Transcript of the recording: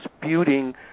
disputing